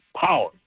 power